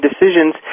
decisions